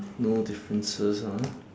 no differences ah